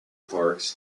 parks